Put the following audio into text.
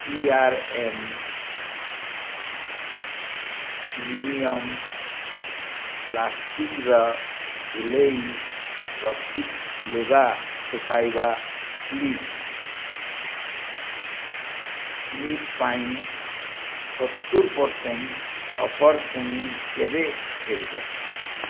ଟି R M premium ପ୍ଲାଷ୍ଟିକ୍ର ଝୁଲେଇ ରଖିଥ୍ ଲୁଗା ଶୁଖାଇବା କ୍ଲିପ୍ କ୍ଲିପ୍ ପାଇଁ ସତୁରି ପରସେଣ୍ଟ ଅଫର୍ ପୁଣି କେବେ ଫେରିବ